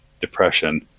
depression